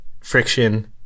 friction